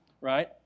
right